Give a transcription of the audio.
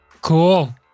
Cool